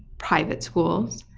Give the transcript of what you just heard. private schools,